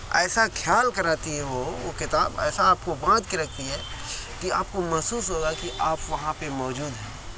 ایسا خیال کراتی ہے وہ وہ کتاب ایسا آپ کو باندھ کے رکھتی ہے کہ آپ کو محسوس ہوگا کہ آپ وہاں پہ موجود ہیں